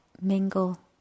mingle